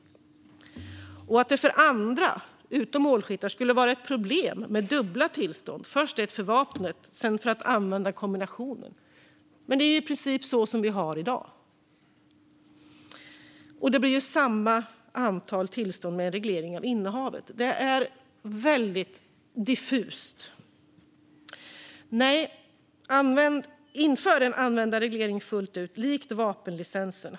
Det sägs också att det för andra än målskyttar skulle vara ett problem med dubbla tillstånd, först ett för vapnet och sedan ett för att använda kombinationen. Men det är ju i princip så vi har det i dag, och det blir samma antal tillstånd med en reglering av innehavet. Det är väldigt diffust. Nej, inför en användarreglering fullt ut, likt vapenlicensen!